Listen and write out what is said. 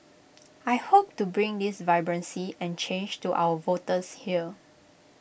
I hope to bring this vibrancy and change to our voters here